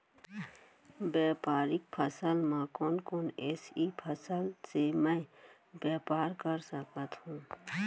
व्यापारिक फसल म कोन कोन एसई फसल से मैं व्यापार कर सकत हो?